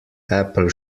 apple